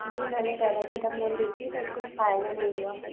जी मैंने पैरासिटामौल ली थी पर कुछ फ़ायदा नहीं हुआ